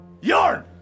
Yarn